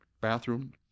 bathroom